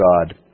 God